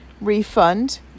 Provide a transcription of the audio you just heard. refund